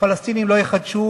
הפלסטינים לא יחדשו